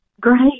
Great